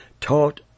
taught